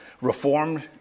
Reformed